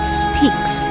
speaks